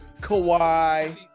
Kawhi